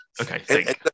Okay